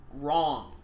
wrong